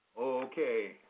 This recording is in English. Okay